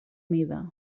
mida